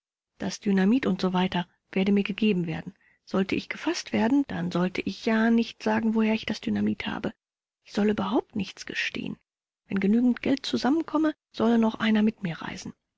das dynamit usw werde mir gegeben werden sollte ich gefaßt werden dann solle ich ja nicht sagen woher ich das dynamit habe ich solle überhaupt nichts gestehen wenn genügend geld zusammenkomme solle noch einer mit mir reisen